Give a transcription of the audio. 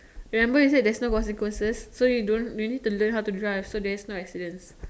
remember you said there is no consequences so you don't you need to learn how to drive so there is no accidents